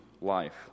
life